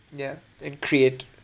yeah and create